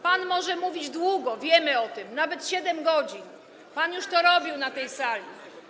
Pan może mówić długo, wiemy o tym, nawet 7 godzin, pan już to robił na tej sali.